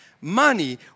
Money